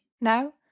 now